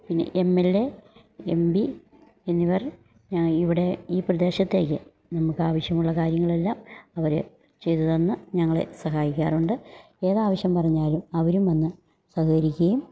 പിന്നെ M L A M P എന്നിവർ ഇവിടെ ഈ പ്രദേശത്തേക്ക് നമുക്കാവശ്യമുള്ള കാര്യങ്ങളെല്ലാം അവര് ചെയ്തുതന്ന് ഞങ്ങളെ സഹായിക്കാറുണ്ട് ഏതാവശ്യം പറഞ്ഞാലും അവരും വന്ന് സഹകരിക്കുകയും